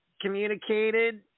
communicated